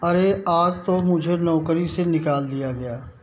अरे आज तो मुझे नौकरी से निकाल दिया गया